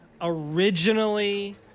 originally